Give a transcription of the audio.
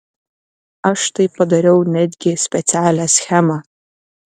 aš štai padariau netgi specialią schemą